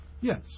Yes